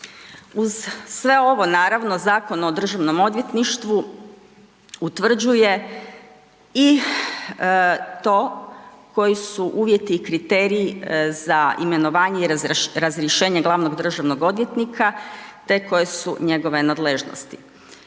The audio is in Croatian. Uz sve ovo, naravno Zakon o Državnom odvjetništvu utvrđuje i to koji su uvjeti i kriteriji za imenovanje i razrješenje glavnog državnog odvjetnika te koje su njegove nadležnosti.